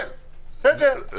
בסדר.